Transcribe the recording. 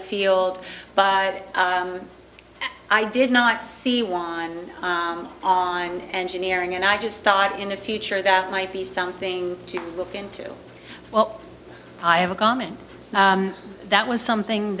field but i did not see wind on engineering and i just thought in a future that might be something to look into well i have a comment that was something